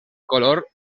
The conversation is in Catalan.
color